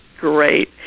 Great